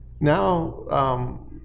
Now